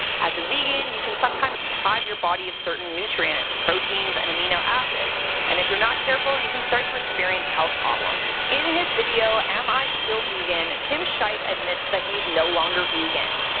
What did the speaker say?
as a vegan, you sometimes deprive your body of certain nutrients, protiens, and amino acids and if you're not careful, you can start to experience health problems. in his video, am i still vegan, tim sheiff admits that he's no longer vegan.